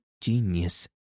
genius